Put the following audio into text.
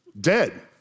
Dead